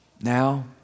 now